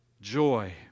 joy